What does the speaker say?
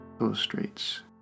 illustrates